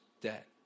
debt